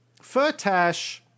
Furtash